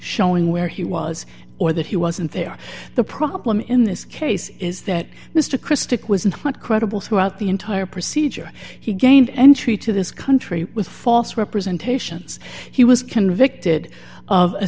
showing where he was or that he wasn't there the problem in this case is that mr christic was not credible throughout the entire procedure he gained entry to this country with false representation he was convicted of a